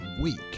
week